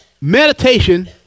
meditation